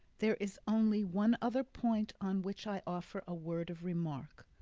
there is only one other point on which i offer a word of remark.